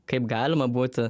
kaip galima būti